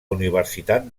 universitat